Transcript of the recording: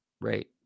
right